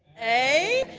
a,